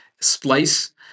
splice